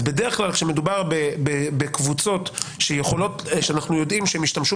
אז בדרך כלל כשמדובר בקבוצות שאנחנו יודעים שהן ישתמשו